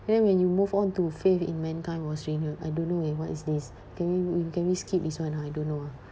then when you move on to faith in mankind was renewed I don't know eh what is this can we can we skip this one I don't know ah